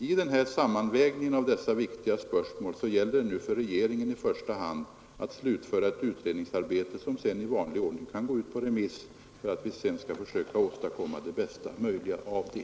I sammanvägningen av dessa viktiga spörsmål gäller det nu för regeringen i första hand att slutföra ett utredningsarbete som sedan i vanlig ordning kan gå ut på remiss för att man därefter skall försöka åstadkomma det bästa möjliga av det.